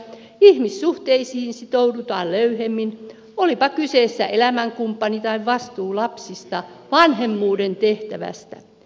ihmissuhteisiin sitoudutaan löyhemmin olipa kyseessä elämänkumppani tai vastuu lapsista vanhemmuuden tehtävästä